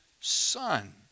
son